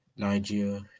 Nigeria